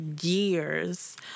years